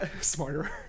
smarter